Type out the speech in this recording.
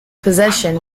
possession